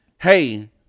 Hey